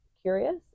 curious